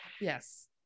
yes